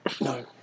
No